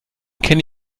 kenne